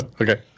okay